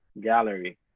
gallery